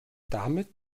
damit